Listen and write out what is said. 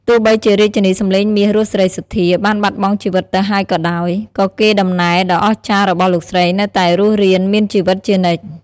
ទោះបីជារាជិនីសំឡេងមាស រស់ សេរីសុទ្ធា បានបាត់បង់ជីវិតទៅហើយក៏ដោយ ក៏កេរ្តិ៍ដំណែលដ៏អស្ចារ្យរបស់លោកស្រីនៅតែរស់រានមានជីវិតជានិច្ច។